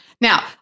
Now